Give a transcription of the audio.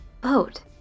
boat